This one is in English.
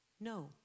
No